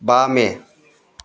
बा मे